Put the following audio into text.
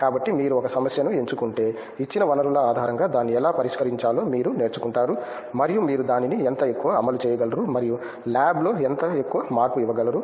కాబట్టి మీరు ఒక సమస్యను ఎంచుకుంటే ఇచ్చిన వనరుల ఆధారంగా దాన్ని ఎలా పరిష్కరించాలో మీరు నేర్చుకుంటారు మరియు మీరు దానిని ఎంత ఎక్కువ అమలు చేయగలరు మరియు ల్యాబ్లో ఎంత ఎక్కువ మార్పు ఇవ్వగలరు